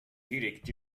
heated